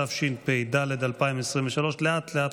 התשפ"ד 2023. לאט-לאט,